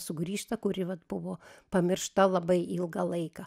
sugrįžta kuri vat buvo pamiršta labai ilgą laiką